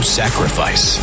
sacrifice